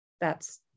That's-